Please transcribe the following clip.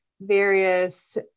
various